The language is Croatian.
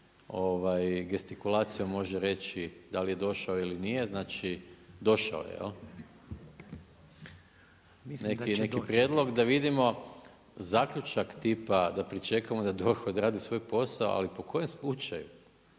gestikulacijom može reći, da li je došao ili nije, znači, došao jel? Neki prijedlog, da vidimo, zaključak tipa, da pričekamo da DORH odradi svoj posao, ali po kojem slučaju?